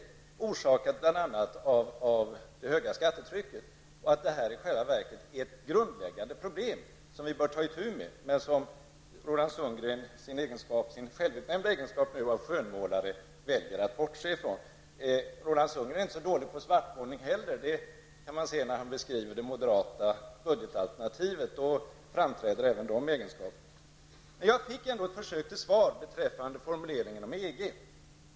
Det har orsakats bl.a. av det höga skattetrycket, vilket i själva verket är ett grundläggande problem som vi bör ta itu med men som Roland Sundgren, nu som självutnämnd skönmålare, väljer att bortse från. Roland Sundgren är inte så dålig på svartmålning heller. Det kan man se när han beskriver det moderata budgetalternativet. Då framträder även de egenskaperna. Jag fick ändå ett försök till svar beträffande formuleringen om EG.